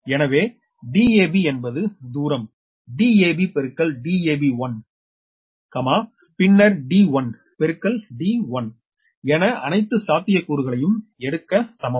எனவே dab என்பது தூரம் dab பெருக்கல் dab1 பின்னர் d 1 பெருக்கல் d 1 1 என அனைத்து சாத்தியக்கூறுகளையும் எடுக்க சமம்